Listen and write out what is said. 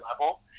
level